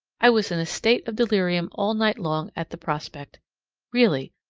i was in a state of delirium all night long at the prospect really,